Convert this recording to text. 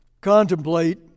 contemplate